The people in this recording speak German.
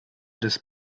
des